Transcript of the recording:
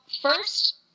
first